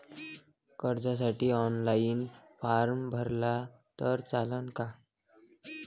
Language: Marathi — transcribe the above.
कर्जसाठी ऑनलाईन फारम भरला तर चालन का?